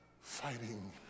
fighting